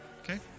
Okay